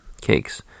cakes